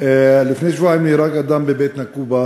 לפני שבועיים נהרג אדם מעין-נקובא,